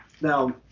Now